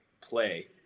play